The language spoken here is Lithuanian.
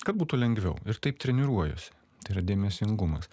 kad būtų lengviau ir taip treniruojuosi tai yra dėmesingumas